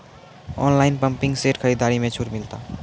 Online pumping set खरीदारी मे छूट मिलता?